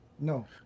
No